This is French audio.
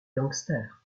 gangster